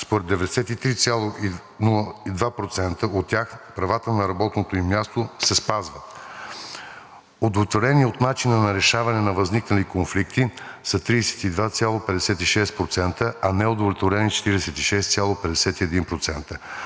Според 93,02% от тях правата на работното им място се спазват. Удовлетворени от начина на решаване на възникнали конфликти са 32,56%, а неудовлетворени – 46,51%.